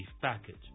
package